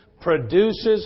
produces